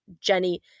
Jenny